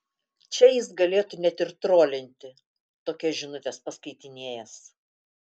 čia jis galėtų net ir trolinti tokias žinutes paskaitinėjęs